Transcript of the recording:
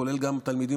כולל תלמידים